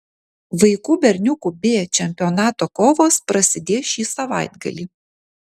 vaikų berniukų b čempionato kovos prasidės šį savaitgalį